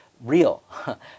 real